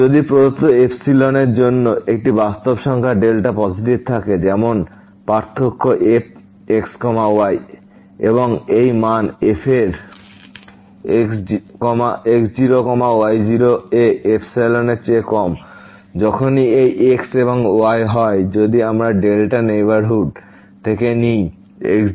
যদি প্রদত্ত এপসিলনের জন্য একটি বাস্তব সংখ্যা ডেল্টা পজিটিভ থাকে যেমন পার্থক্য f x y এবং এই মান f এর x0 y0 এ epsilon এর চেয়ে কম যখনই এই x এবং y হয়যদি আমরা ডেল্টা নেইবারহুড থেকে নিই x0 y0 পয়েন্টের